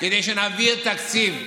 כדי שנעביר תקציב,